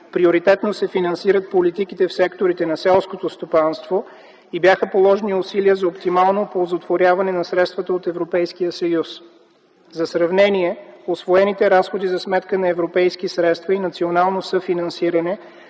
приоритетно се финансират политиките в секторите на селското стопанство и бяха положени усилия за оптимално оползотворяване на средствата от Европейския съюз. За сравнение, усвоените разходи за сметка на европейски средства и национално съфинансиране